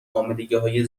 حاملگیهای